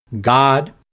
God